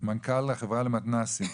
מנכ"ל החברה למתנ"סים.